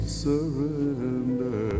surrender